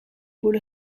paul